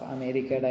America